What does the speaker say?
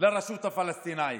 לרשות הפלסטינית.